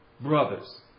Brothers